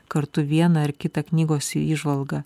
kartu vieną ar kitą knygos įžvalgą